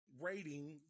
rating